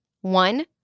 One